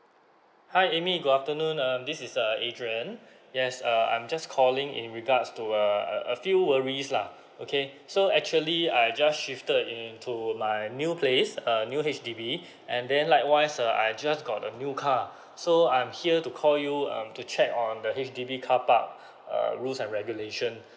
hi amy good afternoon um this is uh adrian yes uh I'm just calling in regards to a a few worries lah okay so actually I just shifted into my new place a new H_D_B and then likewise uh I just got a new car so I'm here to call you um to check on the H_D_B car park err rules and regulation